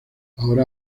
ahora